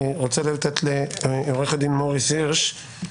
אני רוצה לתת לעורך הדין מוריס הירש,